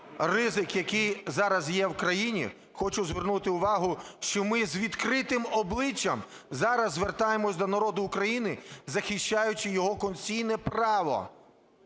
ризик, який зараз є в країні, хочу звернути увагу, що ми з відкритим обличчям зараз звертаємося до народу України, захищаючи його конституційне право